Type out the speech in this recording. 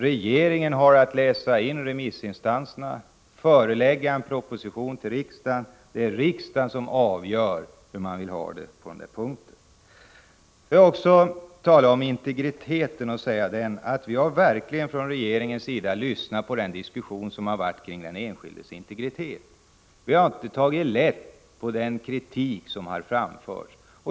Regeringen har att studera yttrandena från remissinstanserna och förelägga riksdagen en proposition. Det är riksdagen som avgör hur man vill ha det på den här punkten. Från regeringens sida har vi verkligen lyssnat på den diskussion som förts om den enskildes integritet. Vi har inte tagit lätt på den kritik som har framförts.